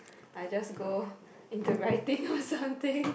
I just go into writing or something